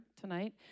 tonight